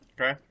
Okay